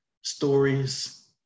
stories